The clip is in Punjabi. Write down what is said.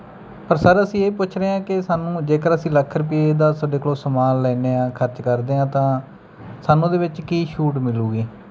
ਪਰ ਸਰ ਅਸੀਂ ਇਹ ਪੁੱਛ ਰਹੇ ਹਾਂ ਕਿ ਸਾਨੂੰ ਜੇਕਰ ਅਸੀਂ ਲੱਖ ਰੁਪਈਏ ਦਾ ਤੁਹਾਡੇ ਕੋਲੋਂ ਸਮਾਨ ਲੈਂਦੇ ਹਾਂ ਖਰਚ ਕਰਦੇ ਹਾਂ ਤਾਂ ਸਾਨੂੰ ਉਹਦੇ ਵਿੱਚ ਕੀ ਛੂਟ ਮਿਲੇਗੀ